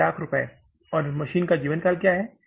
100000 रुपये और मशीन का जीवन क्या है